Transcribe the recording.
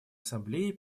ассамблеи